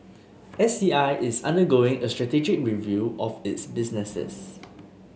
S C I is undergoing a strategic review of its businesses